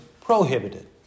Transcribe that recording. prohibited